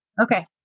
Okay